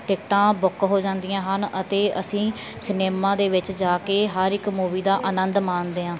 ਟਿਕਟਾਂ ਬੁੱਕ ਹੋ ਜਾਂਦੀਆਂ ਹਨ ਅਤੇ ਅਸੀਂ ਸਿਨੇਮਾ ਦੇ ਵਿੱਚ ਜਾ ਕੇ ਹਰ ਇੱਕ ਮੂਵੀ ਦਾ ਆਨੰਦ ਮਾਣਦੇ ਹਾਂ